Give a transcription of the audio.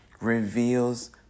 reveals